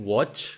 Watch